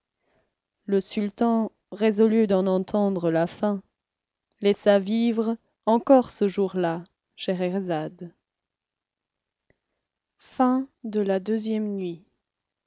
le sultan résolu d'en entendre la fin laissa vivre encore ce jour-là scheherazade iii nuit la nuit